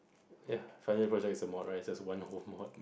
ya final year project is the mod right one whole mod